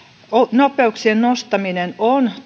nopeuksien nostaminen on